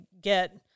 get